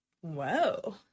whoa